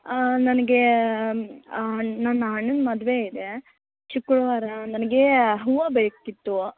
ಹಾಂ ನನಗೆ ಹಾಂ ನನ್ನ ಅಣ್ಣನ ಮದುವೆ ಇದೆ ಶುಕ್ರವಾರ ನನಗೆ ಹೂವು ಬೇಕಿತ್ತು